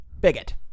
bigot